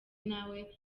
nawe